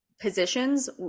positions